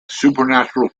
supernatural